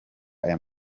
aya